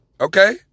Okay